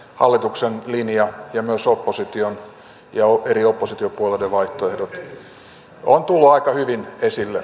hallituksen linja ja myös opposition eri oppositiopuolueiden vaihtoehdot ovat tulleet aika hyvin esille